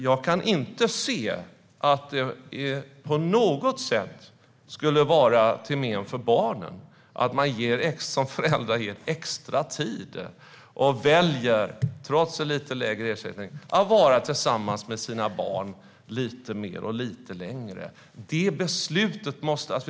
Jag kan inte se att det på något sätt skulle vara till men för barnen att man som förälder ger extra tid och väljer att vara tillsammans med sina barn lite mer och lite längre, trots en lite lägre ersättning.